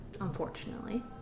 Unfortunately